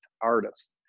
artist